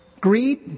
greed